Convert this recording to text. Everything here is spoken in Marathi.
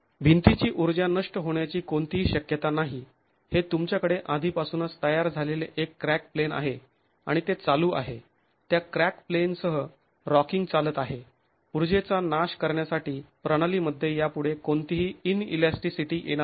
भिंतीची ऊर्जा नष्ट होण्याची कोणतीही शक्यता नाही हे तुमच्याकडे आधीपासूनच तयार झालेले एक क्रॅक प्लेन आहे आणि ते चालू आहे त्या क्रॅक प्लेनसह रॉकिंग चालत आहे ऊर्जेचा नाश करण्यासाठी प्रणालीमध्ये यापुढे कोणतीही ईनइलॅस्टीसिटी येणार नाही